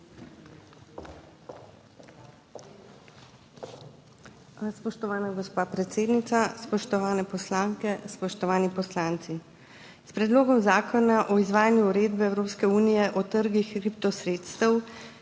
Spoštovana gospa predsednica, spoštovane poslanke, spoštovani poslanci! S Predlogom zakona o izvajanju Uredbe (EU) o trgih kriptosredstev,